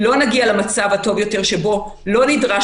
לא נגיע למצב הטוב יותר שבו לא נדרשת